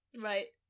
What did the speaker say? Right